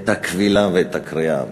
את הכבילה ואת הקריעה?